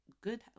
good